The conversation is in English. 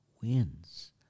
wins